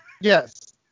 Yes